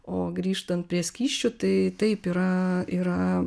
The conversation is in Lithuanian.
o grįžtant prie skysčių tai taip yra yra